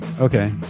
Okay